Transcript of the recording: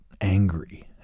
angry